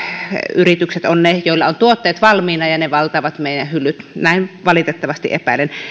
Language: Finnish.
yritykset ovat ne joilla on valmiina tuotteet ja valtavat myyntihyllyt näin valitettavasti epäilen